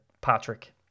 Patrick